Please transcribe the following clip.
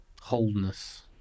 Wholeness